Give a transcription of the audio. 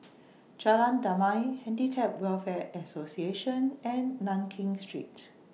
Jalan Damai Handicap Welfare Association and Nankin Street